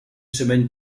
semaine